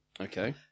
Okay